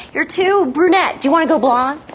you're too brunette. do you want to go blonde?